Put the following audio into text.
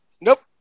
Nope